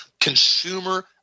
consumer